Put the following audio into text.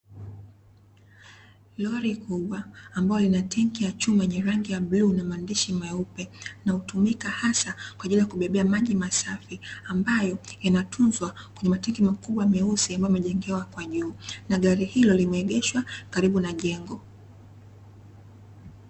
Lori kubwa ambalo lina tenki ya chuma lenye rangi ya bluu na maandishi meupe na hutumika hasa kwa ajili ya kubebea maji masafi ambayo yanatunzwa kwenye matenki makubwa meusi ambayo yamejengewa kwa juu, na gari hilo limeegeshwa karibu na jengo.